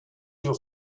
your